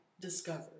discovered